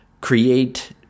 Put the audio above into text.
create